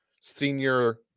senior